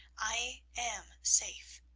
i am safe,